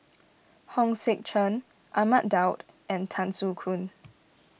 Hong Sek Chern Ahmad Daud and Tan Soo Khoon